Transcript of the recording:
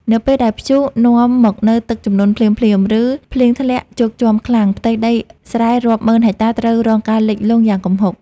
នៅពេលដែលព្យុះនាំមកនូវទឹកជំនន់ភ្លាមៗ ឬភ្លៀងធ្លាក់ជោកជាំខ្លាំង ផ្ទៃដីស្រែរាប់ម៉ឺនហិកតាត្រូវរងការលិចលង់យ៉ាងគំហុក។